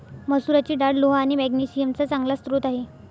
मसुराची डाळ लोह आणि मॅग्नेशिअम चा चांगला स्रोत आहे